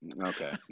Okay